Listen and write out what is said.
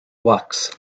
wax